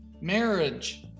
marriage